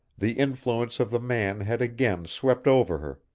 the influence of the man had again swept over her,